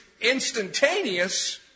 instantaneous